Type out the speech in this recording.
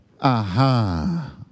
Aha